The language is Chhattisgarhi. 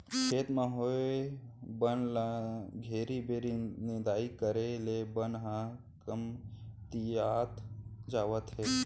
खेत म होए बन ल घेरी बेरी निंदाई करे ले बन ह कमतियात जावत हे